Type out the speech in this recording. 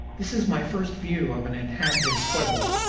this is my first view of an inhabited pueblo,